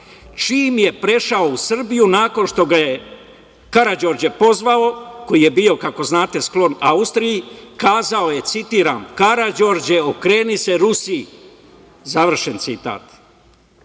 čim je prešao u Srbiju, nakon što ga je Karađorđe pozvao, koji je bio kako znate sklon Austriji, kazao je, citiram: „Karađorđe, okreni se Rusiji“, završen